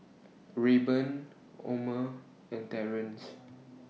Rayburn Omer and Terence